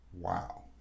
Wow